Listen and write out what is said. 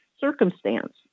circumstance